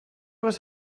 was